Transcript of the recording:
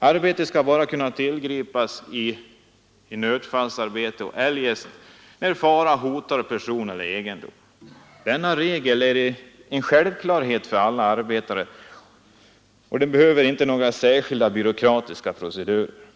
Övertidsarbete skall bara kunna tillgripas vid nödfallsarbete och eljest när fara hotar person eller egendom. Denna regel är en självklarhet för alla arbetare och behöver inte några särskilda byråkratiska procedurer.